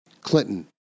Clinton